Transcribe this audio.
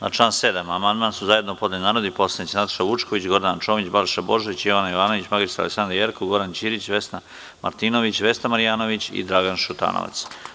Na član 7. amandman su zajedno podneli narodni poslanici Nataša Vučković, Gordana Čomić, Balša Božović, Jovana Jovanović, mr Aleksandra Jerkov, Goran Ćirić, Vesna Martinović, Vesna Marjanović i Dragan Šutanovac.